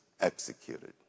executed